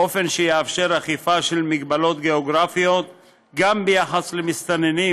באופן שיאפשר אכיפה של הגבלות גיאוגרפיות גם ביחס למסתננים